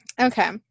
Okay